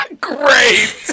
Great